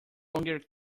longer